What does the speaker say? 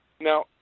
Now